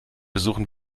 besuchen